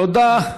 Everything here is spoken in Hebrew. תודה.